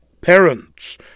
Parents